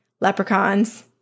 Leprechauns